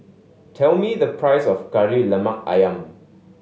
tell me the price of Kari Lemak Ayam